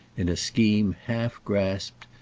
in a scheme half-grasped,